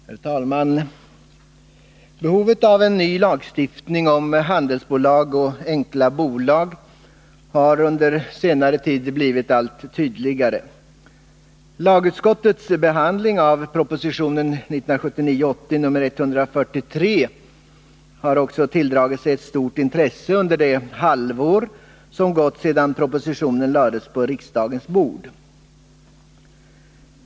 Herr talman! Behovet av en ny lagstiftning om handelsbolag och enkla bolag har under senare tid blivit allt tydligare. Lagutskottets behandling av propositionen 1979/80:143 har också tilldragit sig ett stort intresse under det halvår som har gått sedan propositionen lades på riksdagens bord.